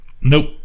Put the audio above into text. Nope